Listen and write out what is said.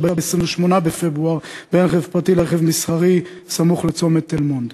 ב-28 בפברואר בין רכב פרטי לרכב מסחרי סמוך לצומת תל-מונד.